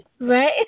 right